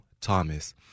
Thomas